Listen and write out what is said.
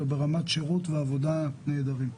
ברמת שירות ועבודה נהדרים.